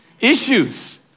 issues